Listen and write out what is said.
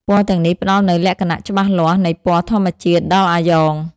ពណ៌ទាំងនេះផ្តល់នូវលក្ខណៈច្បាស់លាស់នៃពណ៌ធម្មជាតិដល់អាយ៉ង។